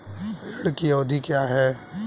ऋण की अवधि क्या है?